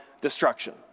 destruction